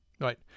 Right